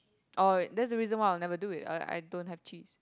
orh that's the reason why I'll never do it I I don't have cheese